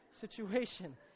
situation